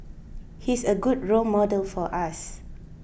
he's a good role model for us